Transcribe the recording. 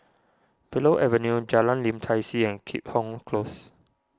Willow Avenue Jalan Lim Tai See and Keat Hong Close